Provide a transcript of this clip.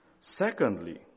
Secondly